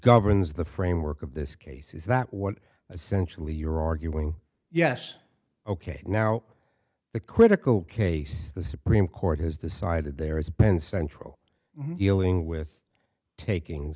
governs the framework of this case is that what essentially you're arguing yes ok now the critical case the supreme court has decided there has been central yelling with taking